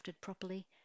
properly